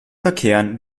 verkehren